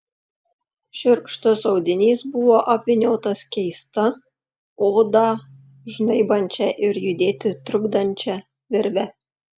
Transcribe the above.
šiurkštus audinys buvo apvyniotas keista odą žnaibančia ir judėti trukdančia virve